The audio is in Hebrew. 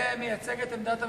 זה מייצג את עמדת הממשלה,